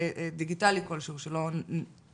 דיגיטלי כלשהו כדי